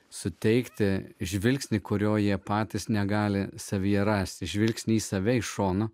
suteikti žvilgsnį kurio jie patys negali savyje rasti žvilgsnį į save iš šono